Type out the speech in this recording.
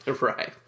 Right